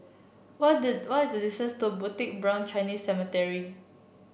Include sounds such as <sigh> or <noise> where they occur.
what the what is the <unintelligible> to Bukit Brown Chinese Cemetery